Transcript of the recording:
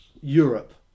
Europe